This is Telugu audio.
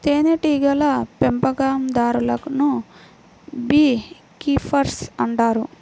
తేనెటీగల పెంపకందారులను బీ కీపర్స్ అంటారు